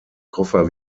koffer